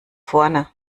vorne